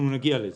אנחנו נגיע לזה.